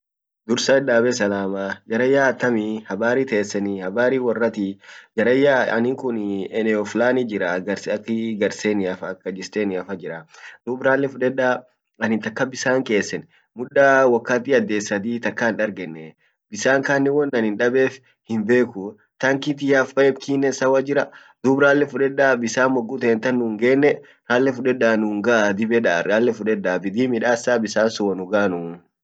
dursa itdabe salamaa, jaranyaa atamii, habari tesenii, habari woratiii, jaranyaa anin kunii eneo fulani jira ,garse akii garseniafa au kajisteniafa jiraa dub rale fuleda anin taka bisan kesen mudaa wakati ades sadii taka hindargenee, bisan kanen waanin